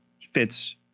fits